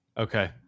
okay